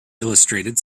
illustrated